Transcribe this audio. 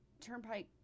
Turnpike